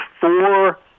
four